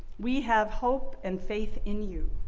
we have hope and faith in you.